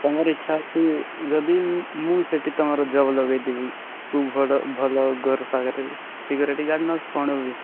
ତୁମର ଇଚ୍ଛା ଅଛି ଯଦି ମୁଁ ସେଠି ତୁମର ଜବ୍ ଲଗେଇ ଦେବି ଭଲ ଘର ପାଖରେ ସିକୁରିଟି ଗାର୍ଡ୍ ନା କ'ଣ ରହିବେ